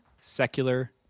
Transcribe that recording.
secular